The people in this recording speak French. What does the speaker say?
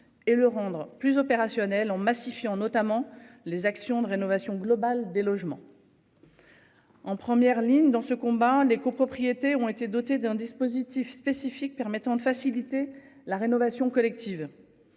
et le rendre plus opérationnelle en massifier en notamment les actions de rénovation globale des logements. En première ligne dans ce combat les copropriétés ont été dotés d'un dispositif spécifique permettant de faciliter la rénovation collective.